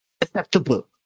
acceptable